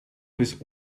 bis